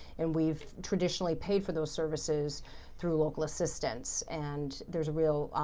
and we've traditionally paid for those services through local assistance. and there's a real,